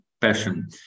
passion